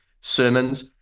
sermons